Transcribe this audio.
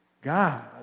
God